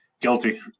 Guilty